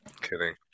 kidding